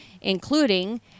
including